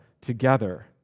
together